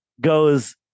goes